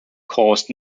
caused